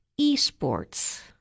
eSports